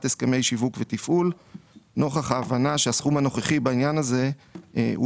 הסכמי שיווק ותפעול נוכח ההבנה שהסכום הנוכחי בעניין הזה הוא